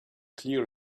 clear